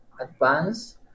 advanced